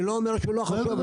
אני לא אומר שזה לא חשוב.